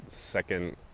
second